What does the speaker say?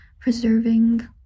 preserving